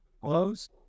Close